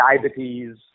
Diabetes